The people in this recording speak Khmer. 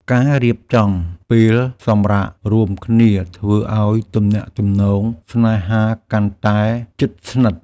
ការរៀបចំពេលសម្រាករួមគ្នាធ្វើឱ្យទំនាក់ទំនងស្នេហាកាន់តែជិតស្និទ្ធ។